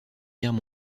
guerre